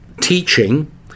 teaching